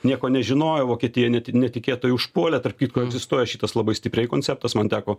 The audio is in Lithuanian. nieko nežinojo vokietija neti netikėtai užpuolė tarp kitko egzistuoja šitas labai stipriai konceptas man teko